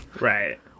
Right